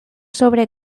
sobre